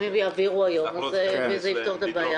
אם הם יעבירו היום וזה יפתור את הבעיה